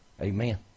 amen